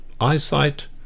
eyesight